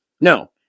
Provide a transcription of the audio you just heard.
No